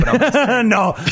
No